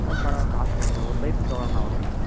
ஆ பரவாயில்ல காசு கொஞ்சம் ஒரு பைப்புக்கு எவ்வளோண்ணா வரும்